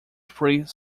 three